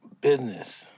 business